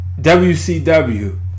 WCW